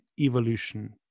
evolution